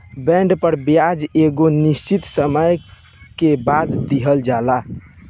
bond पर ब्याज एगो निश्चित समय के बाद दीहल जाला